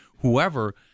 whoever